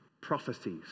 prophecies